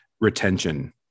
retention